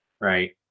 right